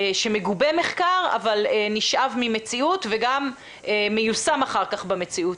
שמגובה מחקר אבל נשאב ממציאות וגם מיושם אחר כך במציאות.